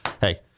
hey